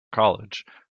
college